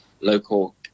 local